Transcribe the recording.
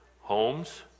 Homes